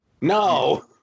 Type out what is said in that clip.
No